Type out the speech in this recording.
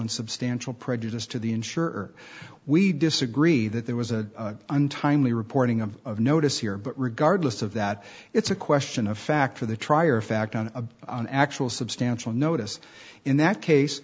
and substantial prejudice to the insurer we disagree that there was a untimely reporting of notice here but regardless of that it's a question of fact for the trier of fact on a an actual substantial notice in that case